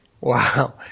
Wow